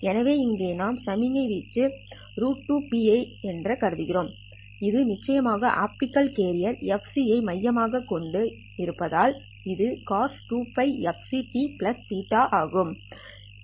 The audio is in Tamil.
எனவே இங்கே நாம் சமிக்ஞை வீச்சு 2P என்று கருதுவோம் இது நிச்சயமாக ஆப்டிகல் கேரியர் fc ஐ மையமாகக் கொண்டு இருப்பதால் இது cos2fct ஆகும்